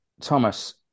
Thomas